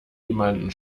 jemanden